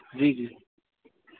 جی جی